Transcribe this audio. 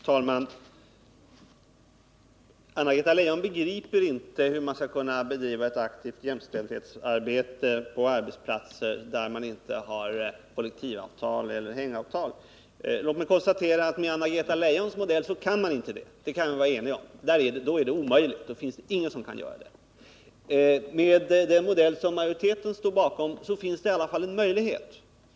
Herr talman! Anna-Greta Leijon begriper inte hur man skall kunna bedriva ett aktivt jämställdhetsarbete på arbetsplatser där man inte har kollektivavtal eller hängavtal. Låt mig konstatera att med hennes modell kan man inte det. Vi kan vara eniga om att då är det omöjligt, då finns det ingen som kan göra det. Med den modell som majoriteten står bakom finns det i alla fall en möjlighet.